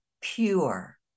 pure